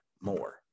more